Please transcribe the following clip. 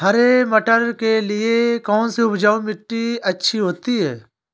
हरे मटर के लिए कौन सी उपजाऊ मिट्टी अच्छी रहती है?